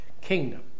kingdom